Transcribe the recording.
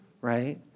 right